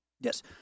Yes